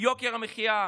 עם יוקר המחיה,